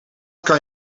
kan